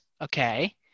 Okay